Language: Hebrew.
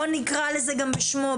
בואו נקרא לזה בשמו,